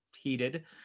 heated